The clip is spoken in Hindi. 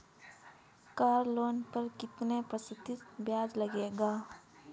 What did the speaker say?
कार लोन पर कितने प्रतिशत ब्याज लगेगा?